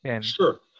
Sure